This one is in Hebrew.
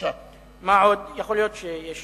יכול להיות שיש